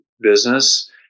business